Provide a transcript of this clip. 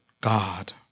God